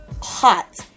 hot